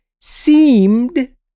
seemed